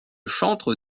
chantre